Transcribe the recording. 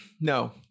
no